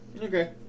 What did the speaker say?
Okay